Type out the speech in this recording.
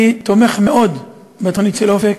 אני תומך מאוד בתוכנית "אופק",